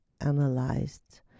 analyzed